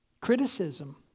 Criticism